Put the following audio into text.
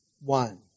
one